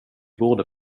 borde